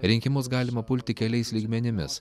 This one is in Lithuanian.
rinkimus galima pulti keliais lygmenimis